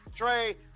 Trey